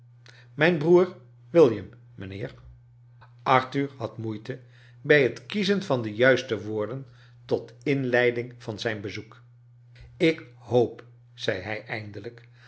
mijn broer william mijnheer arthur bad moeite bij het kiezen van de juiste woorden tot inleiding van zijn bezoek ik hoop zei bij eindelijk